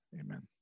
amen